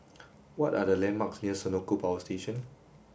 what are the landmarks near Senoko Power Station